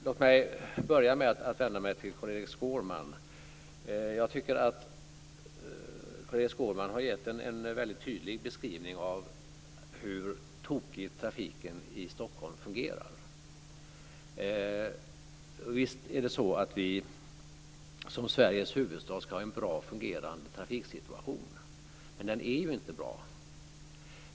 Låt mig börja med att vända mig till Carl-Erik Skårman. Jag tycker att Carl-Erik Skårman har gett en väldigt tydlig beskrivning av hur tokigt trafiken i Stockholm fungerar. Visst ska Sveriges huvudstad ha en bra fungerande trafiksituation. Men den är inte bra.